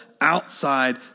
outside